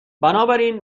بنابراین